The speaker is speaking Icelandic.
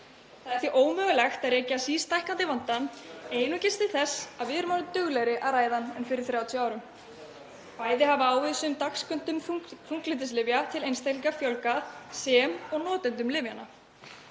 Það er því ómögulegt að rekja sístækkandi vandann einungis til þess að við erum orðin duglegri að ræða hann en fyrir 30 árum. Bæði hefur ávísuðum dagskömmtum þunglyndislyfja til einstaklinga fjölgað sem og notendum lyfjanna.